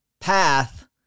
path